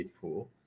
pool